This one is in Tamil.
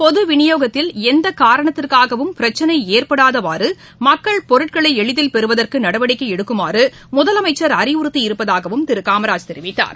பொதுவிநியோகத்தில் எந்தகாரணத்திற்காகவும் பிரச்சினைஏற்படாதவாறுமக்கள் பொருட்களைஎளிதில் பெறுவதற்குநடவடிக்கைஎடுக்குமாறுமுதலமைச்சர் அறிவுறுத்தியிருப்பதாகவும் திருகாமராஜ் தெரிவித்தார்